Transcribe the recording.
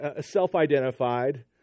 self-identified